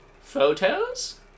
photos